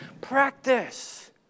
practice